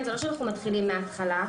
זה לא שאנחנו מתחילים מהתחלה.